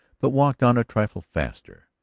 but walked on a trifle faster.